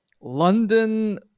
London